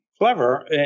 clever